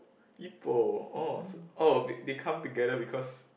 Ipoh oh oh they come together because